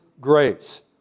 grace